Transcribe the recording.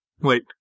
wait